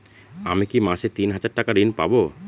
আমি কি মাসে তিন হাজার টাকার ঋণ পাবো?